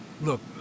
Look